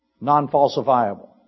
Non-falsifiable